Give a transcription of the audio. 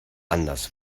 anders